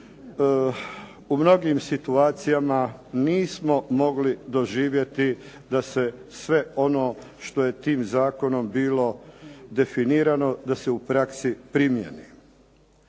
u mnogim situacijama nismo mogli doživjeti da se sve ono što je tim zakonom bilo definirano, da se u praksi primjeni.